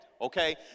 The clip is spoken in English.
Okay